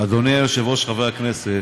חברי הכנסת,